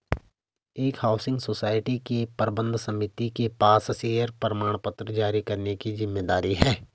एक housing society की प्रबंध समिति के पास शेयर प्रमाणपत्र जारी करने की जिम्मेदारी है